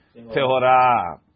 Tehorah